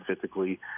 physically